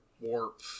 Warp